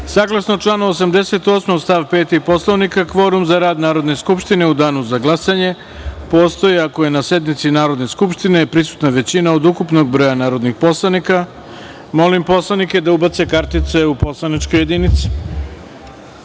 kvorum. Saglasno članu 88. stav 5. Poslovnika, kvorum za rad Narodne skupštine u danu za glasanje postoji ako je na sednici Narodne skupštine prisutna većina od ukupnog broja narodnih poslanika. Molim poslanike da ubace kartice u poslaničke